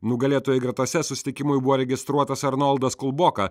nugalėtojų gretose susitikimui buvo registruotas arnoldas kulboka